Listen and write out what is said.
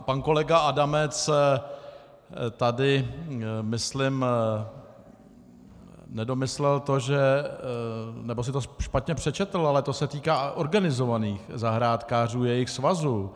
Pan kolega Adamec tady myslím nedomyslel to, nebo si to špatně přečetl, ale to se týká organizovaných zahrádkářů, jejich svazu.